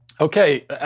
Okay